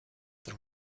the